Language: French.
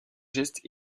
gestes